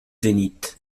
zénith